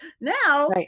Now